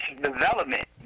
development